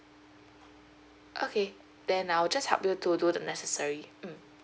okay then I'll just help you to do the necessary mm